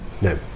No